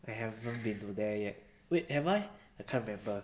I haven't been to there yet wait have I I can't remember